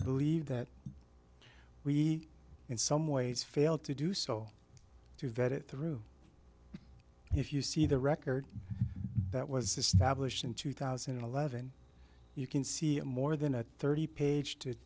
believe that we in some ways failed to do so to vet it through and if you see the record that was established in two thousand and eleven you can see a more than a thirty page to